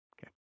Okay